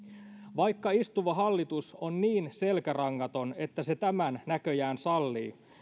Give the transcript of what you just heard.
vaikka istuva hallitus on niin selkärangaton että se tämän näköjään sallii